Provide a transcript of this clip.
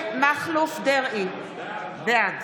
בעד